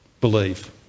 Believe